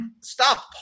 stop